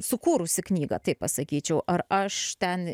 sukūrusi knygą taip pasakyčiau ar aš ten